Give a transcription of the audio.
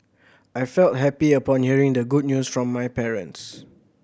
I felt happy upon hearing the good news from my parents